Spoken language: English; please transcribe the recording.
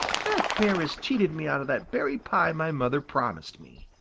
that bear has cheated me out of that berry pie my mother promised me.